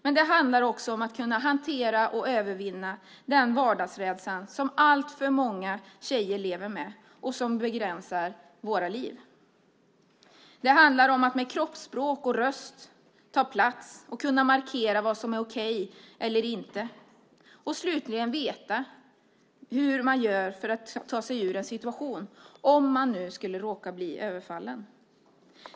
Men det handlar också om att kunna hantera och övervinna den vardagsrädsla som alltför många tjejer lever med och som begränsar våra liv. Det handlar om att med kroppsspråk och röst ta plats och kunna markera vad som är okej eller inte och slutligen veta hur man gör för att ta sig ur en situation om man skulle råka bli överfallen.